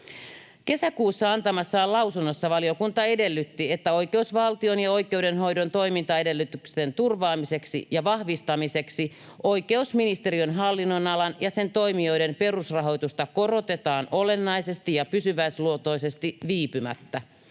Kesäkuussa antamassaan lausunnossa valiokunta edellytti, että oikeusvaltion ja oikeudenhoidon toimintaedellytysten turvaamiseksi ja vahvistamiseksi oikeusministeriön hallinnonalan ja sen toimijoiden perusrahoitusta korotetaan olennaisesti ja pysyväisluontoisesti viipymättä.